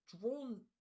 drawn